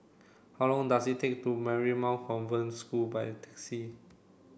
how long does it take to Marymount School by taxi